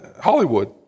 Hollywood